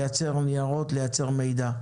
לייצר ניירות ומידע.